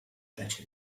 better